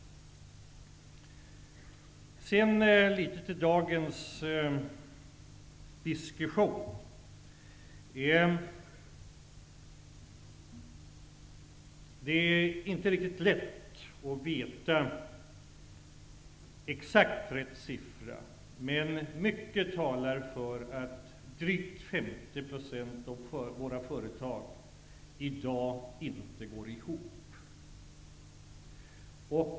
Men nu åter till dagens diskussion. Det är inte lätt att veta vilken den exakt rätta siffran är, men mycket talar för att drygt 50 % av våra företag inte går ihop i dag.